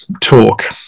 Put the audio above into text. talk